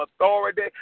authority